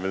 gjort.